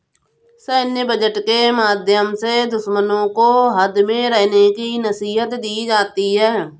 सैन्य बजट के माध्यम से दुश्मनों को हद में रहने की नसीहत दी जाती है